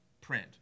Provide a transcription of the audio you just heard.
print